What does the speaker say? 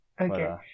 Okay